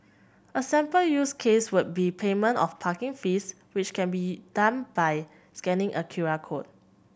a sample use case would be payment of parking fees which can be done by scanning a Q R code